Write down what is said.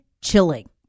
chilling